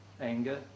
anger